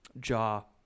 Jaw